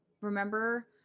remember